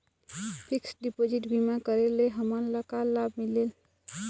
Fix deposit बीमा करे ले हमनला का लाभ मिलेल?